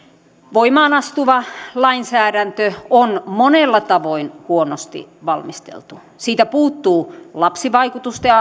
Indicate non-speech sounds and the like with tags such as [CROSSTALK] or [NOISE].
voimaan astuva lainsäädäntö on monella tavoin huonosti valmisteltu siitä puuttuu lapsivaikutusten [UNINTELLIGIBLE]